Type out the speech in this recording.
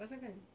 pasal kan